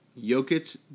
Jokic